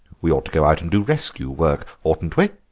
we ought to go out and do rescue work, oughtn't we?